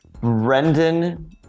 Brendan